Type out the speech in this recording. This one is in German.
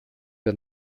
der